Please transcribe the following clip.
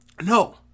No